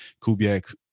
Kubiak